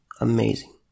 amazing